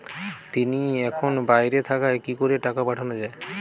তিনি এখন বাইরে থাকায় কি করে টাকা পাঠানো য়ায়?